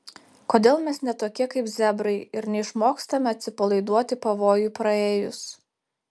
kodėl mes ne tokie kaip zebrai ir neišmokstame atsipalaiduoti pavojui praėjus